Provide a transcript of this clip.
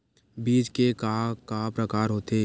बीज के का का प्रकार होथे?